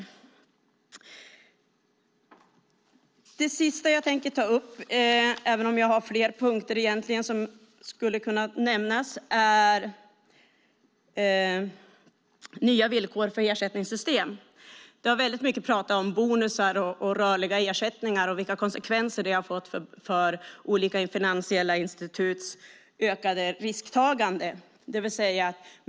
Även om jag har flera punkter som skulle kunna nämnas ska jag slutligen ta upp frågan om nya villkor för ersättningssystem. Det har pratats mycket om bonusar och rörliga ersättningar och vilka konsekvenser det har fått för olika finansiella instituts ökade risktagande.